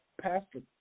Pastor